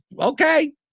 okay